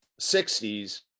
60s